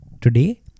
Today